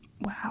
Wow